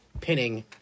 pinning